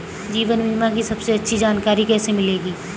जीवन बीमा की सबसे अच्छी जानकारी कैसे मिलेगी?